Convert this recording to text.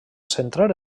centrar